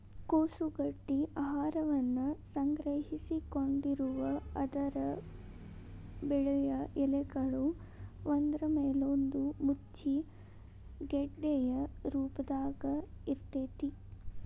ಕೋಸು ಗಡ್ಡಿ ಆಹಾರವನ್ನ ಸಂಗ್ರಹಿಸಿಕೊಂಡಿರುವ ಇದರ ಬಿಳಿಯ ಎಲೆಗಳು ಒಂದ್ರಮೇಲೊಂದು ಮುಚ್ಚಿ ಗೆಡ್ಡೆಯ ರೂಪದಾಗ ಇರ್ತೇತಿ